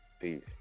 Peace